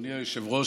אדוני היושב-ראש,